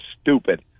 stupid